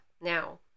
Now